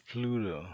Pluto